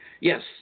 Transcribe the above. Yes